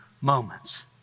moments